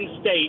State